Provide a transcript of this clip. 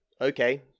okay